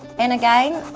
and again,